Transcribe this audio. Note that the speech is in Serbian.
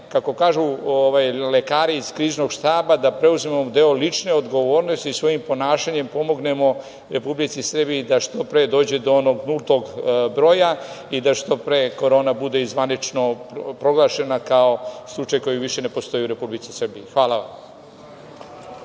kako kažu lekari iz Kriznog štaba, da preuzmemo deo lične odgovornosti i svojim ponašanjem pomognemo Republici Srbiji da što pre dođe do onog nultog broja i da što pre korona bude i zvanično proglašena kao slučaj koji više ne postoji u Republici Srbiji. Hvala vam.